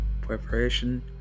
preparation